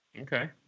Okay